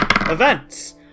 Events